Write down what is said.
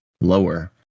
lower